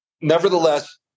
Nevertheless